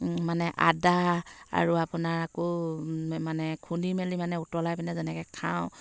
মানে আদা আৰু আপোনাৰ আকৌ মানে খুন্দি মেলি মানে উতলাই পিনে যেনেকৈ খাওঁ